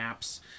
apps